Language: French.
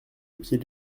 pied